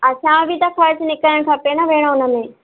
असांजो बि त ख़र्चु निकिरणु खपे न भेण हुन में